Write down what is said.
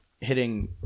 hitting